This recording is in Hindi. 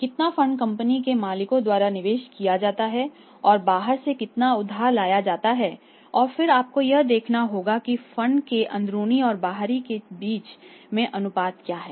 कितना फंड कंपनी के मालिकों द्वारा निवेश किया जाता है और बाहर से कितना उधार लिया जाता है और फिर आपको यह देखना होगा कि फंड के अंदरूनी और बाहरी के बीच का अनुपात क्या है